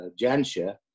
Jansha